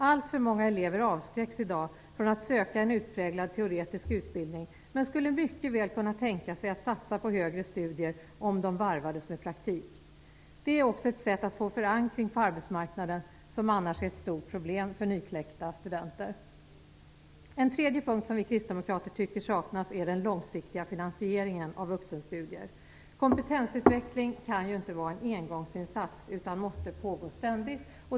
Alltför många elever avskräcks i dag från att söka en utpräglad teoretisk utbildning men skulle mycket väl kunna tänka sig att satsa på högre studier om de varvades med praktik. Det är också ett sätt att få förankring på arbetsmarknaden, som annars är ett stort problem för nykläckta studenter. En tredje punkt som vi kristdemokrater tycker saknas är den långsiktiga finansieringen av vuxenstudier. Kompetensutveckling kan ju inte vara en engångsinsats utan måste pågå ständigt.